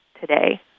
today